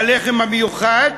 הלחם המיוחד,